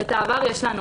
את העבר יש לנו.